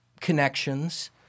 connections